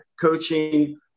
coaching